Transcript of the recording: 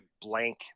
blank